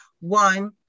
One